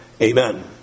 Amen